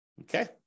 Okay